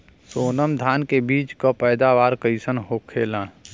सोनम धान के बिज के पैदावार कइसन होखेला?